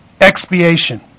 Expiation